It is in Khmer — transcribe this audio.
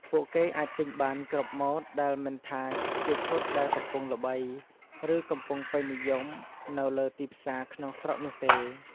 ពួកគេអាចទិញបានគ្រប់ម៉ូដដែលមិនថាជាឈុតដែលកំពុងល្បី ឬកំពុងពេញនិយមនៅលើទីផ្សារក្នុងស្រុកនោះទេ។